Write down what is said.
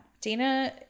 Dana